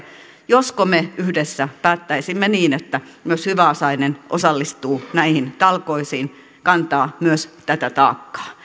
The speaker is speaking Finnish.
josko me yhdessä päättäisimme niin että myös hyväosainen osallistuu näihin talkoisiin kantaa myös tätä taakkaa